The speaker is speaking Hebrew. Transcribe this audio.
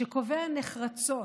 שקובע נחרצות